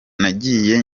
nagiye